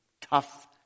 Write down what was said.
tough